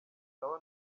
sawa